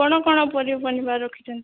କ'ଣ କ'ଣ ପନିପରିବା ରଖିଛନ୍ତି